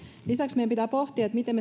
lisäksi meidän pitää pohtia miten